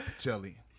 jelly